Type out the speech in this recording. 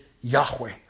Yahweh